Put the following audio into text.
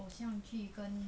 偶像剧跟